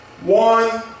one